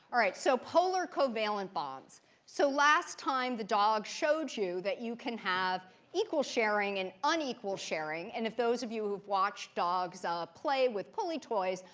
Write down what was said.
all right, so polar covalent bonds so last time, the dog showed you that you can have equal sharing and unequal sharing. and of those of you who've watched dogs ah ah play with pully toys,